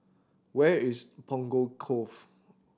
where is Punggol Cove